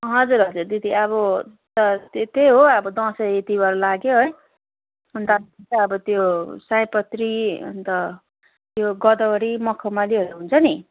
हजुर हजुर दिदी अब त त्यही हो अब दसैँ तिहार लाग्यो है अन्त त्यहाँदेखि चाहिँ त्यो सयपत्री अन्त त्यो गदवरी मखमलीहरू हुन्छ नि